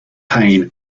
payne